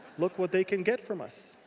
look what they can get from us.